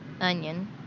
onion